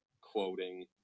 quoting